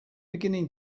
beginning